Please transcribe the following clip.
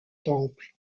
temple